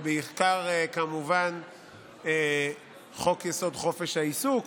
ובעיקר כמובן חוק-יסוד: חופש העיסוק,